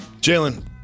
Jalen